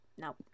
No